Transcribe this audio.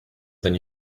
than